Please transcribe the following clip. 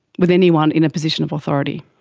with anyone in a position of authority.